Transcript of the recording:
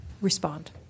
respond